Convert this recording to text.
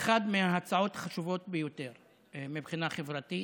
אחת מההצעות החשובות ביותר מבחינה חברתית,